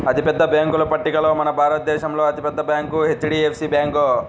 అతిపెద్ద బ్యేంకుల పట్టికలో మన భారతదేశంలో అతి పెద్ద బ్యాంక్ హెచ్.డీ.ఎఫ్.సీ బ్యాంకు